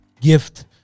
gift